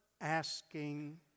asking